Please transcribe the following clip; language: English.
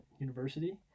University